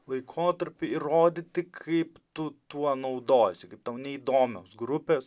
laikotarpį įrodyti kaip tu tuo naudojiesi kaip tau neįdomios grupės